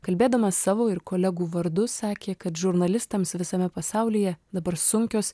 kalbėdamas savo ir kolegų vardu sakė kad žurnalistams visame pasaulyje dabar sunkios